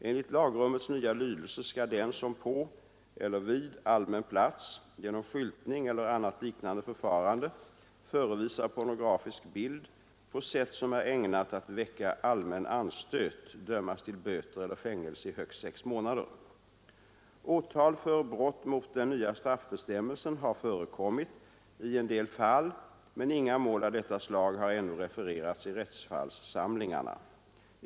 Enligt lagrummets nya lydelse skall den som på eller vid allmän plats genom skyltning eller annat liknande förfarande förevisar pornografisk bild på sätt som är ägnat att väcka allmän anstöt dömas till böter eller fängelse i högst sex månader. Åtal för brott mot den nya straffbestämmelsen har förekommit i en del fall, men inga mål av detta slag har ännu refererats i rättsfallssamlingarna.